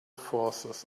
forces